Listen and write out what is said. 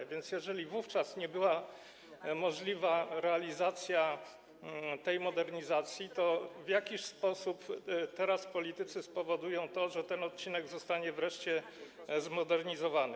A więc jeżeli wówczas nie było możliwe przeprowadzenie tej modernizacji, to w jaki sposób teraz politycy spowodują to, że ten odcinek zostanie wreszcie zmodernizowany?